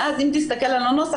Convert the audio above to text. ואז אם תסתכל על הנוסח,